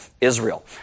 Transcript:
Israel